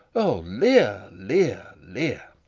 o lear, lear, lear!